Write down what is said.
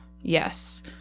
Yes